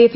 F